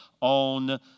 on